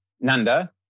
Nanda